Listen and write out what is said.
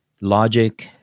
logic